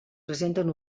presenten